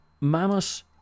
Mammoth